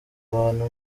abantu